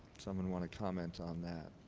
someone want to comment on that?